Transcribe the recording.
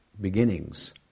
beginnings